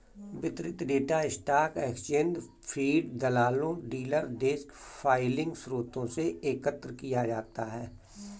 वितरित data stock exchange feed, दलालों, dealer desk filing स्रोतों से एकत्र किया जाता है